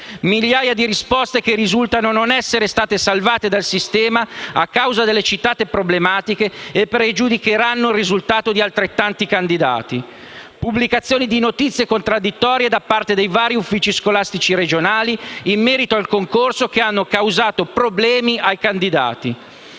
Migliaia di risposte che risultano non essere state salvate dal sistema a causa delle citate problematiche e che pregiudicheranno il risultato di altrettanti candidati. Pubblicazione di notizie contraddittorie da parte degli vari uffici scolastici regionali in merito al concorso, che hanno causato problemi ai candidati.